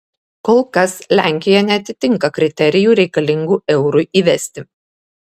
kol kas lenkija neatitinka kriterijų reikalingų eurui įsivesti